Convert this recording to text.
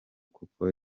kuko